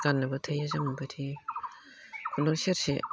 गाननोबो थोयो जोमनोबो थोयो खुन्दुं सेरसे